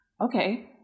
okay